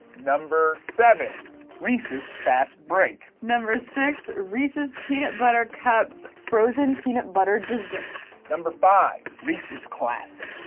number seven reese's fast break. number six reese's peanut butter cups frozen peanut butter dessert. number five reese's classic.